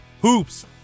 hoops